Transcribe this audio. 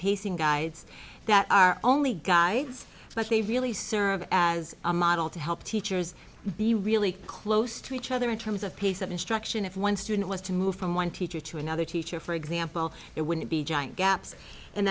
pacing guides that are only guides but they really serve as a model to help teachers be really close to each other in terms of pace of instruction if one student was to move from one teacher to another teacher for example it wouldn't be giant gaps and